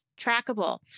Trackable